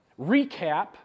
recap